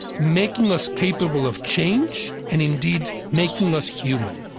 making us capable of change, and, indeed, making us human.